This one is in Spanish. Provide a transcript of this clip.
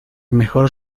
mejor